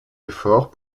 efforts